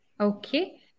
Okay